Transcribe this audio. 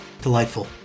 Delightful